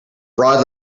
broad